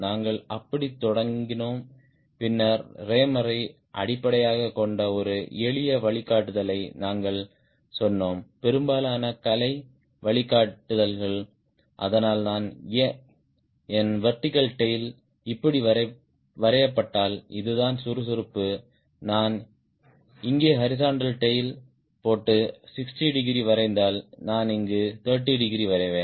நாங்கள் அப்படித் தொடங்கினோம் பின்னர் ரேமரை அடிப்படையாகக் கொண்ட ஒரு எளிய வழிகாட்டுதலை நாங்கள் சொன்னோம் பெரும்பாலான கலை வழிகாட்டுதல்கள் அதனால் நான் என் வெர்டிகல் டேய்ல் இப்படி வரையப்பட்டால் இதுதான் சுறுசுறுப்பு நான் இங்கே ஹாரிஸ்ன்ட்டல் டேய்ல் போட்டு 60 டிகிரி வரைந்தால் நான் இங்கு 30 டிகிரி வரைவேன்